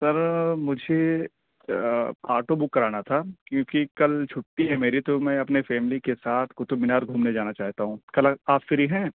سر مجھے auto book کرانا تھا کیونکہ کل چھٹی ہے میری تو میں اپنے فیملی کے ساتھ قطب مینار گھومنے جانا چاہتا ہوں کل آپ فری ہیں